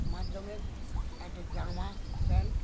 মাধ্যমে একটা জামা প্যান্ট